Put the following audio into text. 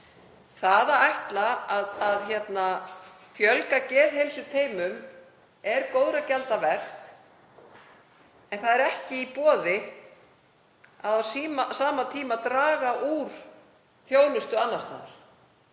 Það að ætla að fjölga geðheilsuteymum er góðra gjalda vert en það er ekki í boði á sama tíma að draga úr þjónustu annars staðar.